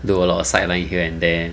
do a lot of sideline here and there